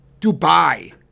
Dubai